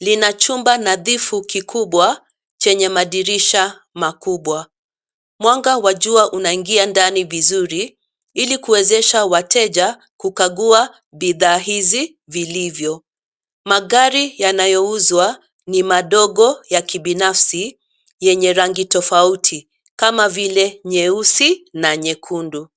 lina chumba nadhifu kikubwa, chenye madirisha makubwa, mwanga wa jua unaingia ndani vizuri, ilikuwezesha wateja, kukagua, bidhaa hizi vilivyo, magari yanayouzwa, ni madogo ya kibinafsai, yenye rangi tofauti, kama vile nyeusi na nyekundu.